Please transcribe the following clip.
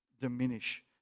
diminish